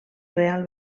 real